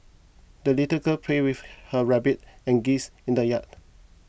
the little girl play with her rabbit and geese in the yard